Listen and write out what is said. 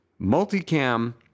Multicam